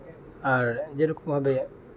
ᱟᱨ ᱡᱮ ᱨᱚᱠᱚᱢ ᱵᱷᱟᱵᱮ